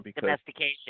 Domestication